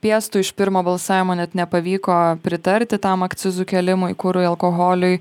piestu iš pirmo balsavimo net nepavyko pritarti tam akcizų kėlimui kurui alkoholiui